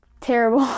terrible